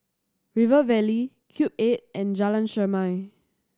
River Valley Cube Eight and Jalan Chermai